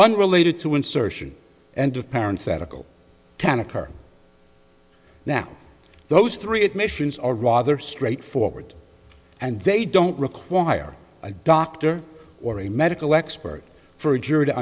unrelated to insertion and of parents that ago can occur now those three admissions are rather straightforward and they don't require a doctor or a medical expert for a jury to